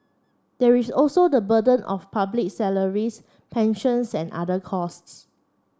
there is also the burden of public salaries pensions and other costs